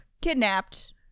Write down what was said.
kidnapped